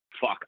fuck